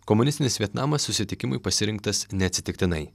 komunistinis vietnamas susitikimui pasirinktas neatsitiktinai